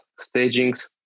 stagings